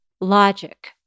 logic